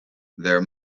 there